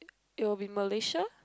it will be Malaysia